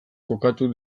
kokatu